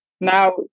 now